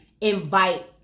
invite